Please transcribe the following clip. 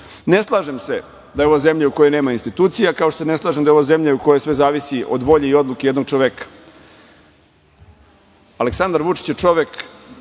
slažem se da je ova zemlja u kojoj nema institucija, kao što se ne slažem da je ovo zemlja u kojoj sve zavisi od volje i odluke jednog čoveka. Aleksandar Vučić je čovek